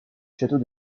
château